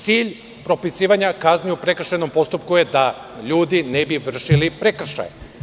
Cilj propisivanja kazni u prekršajnom postupku je da ljudi ne bi vršili prekršaje.